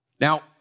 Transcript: Now